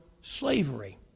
slavery